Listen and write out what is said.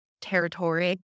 territory